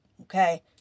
okay